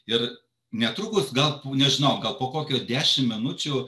ir netrukus gal nežinau gal po kokių dešimt minučių